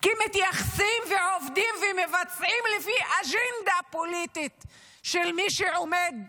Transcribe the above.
כי מתייחסים ועובדים ומבצעים לפי אג'נדה פוליטית של מי שעומד בראש.